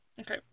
Okay